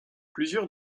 plusieurs